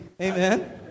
Amen